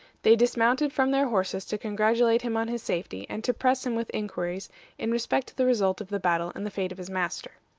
they dismounted from their horses to congratulate him on his safety, and to press him with inquiries in respect to the result of the battle and the fate of his master.